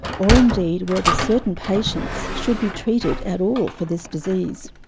or indeed, whether certain patients should be treated at all for this disease.